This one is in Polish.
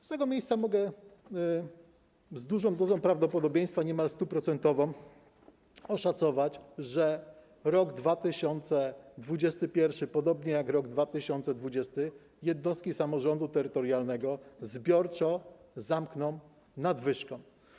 Z tego miejsca mogę z dużą dozą prawdopodobieństwa, niemal 100-procentową, oszacować, że rok 2021, podobnie jak rok 2020, jednostki samorządu terytorialnego zbiorczo zamkną nadwyżką.